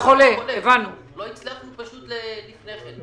הצלחנו לפני כן.